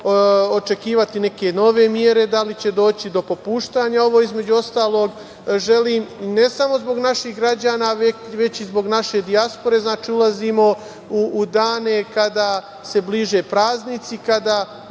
očekivati neke nove mere, da li će doći do popuštanja? Ovo, između ostalog, želim ne samo zbog naših građana, već i zbog naše dijaspore. Znači, ulazimo u dane kada se bliže praznici.